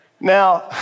Now